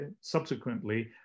subsequently